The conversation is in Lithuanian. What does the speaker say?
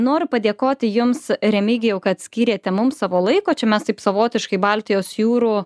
noriu padėkoti jums remigijau kad skyrėte mums savo laiko čia mes taip savotiškai baltijos jūrų